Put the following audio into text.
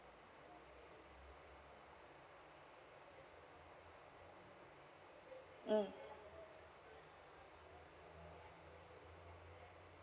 mm